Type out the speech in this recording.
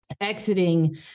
exiting